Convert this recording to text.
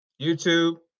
YouTube